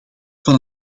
van